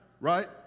right